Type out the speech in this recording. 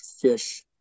fish